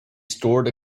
stored